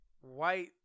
white